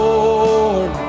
Lord